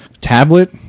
Tablet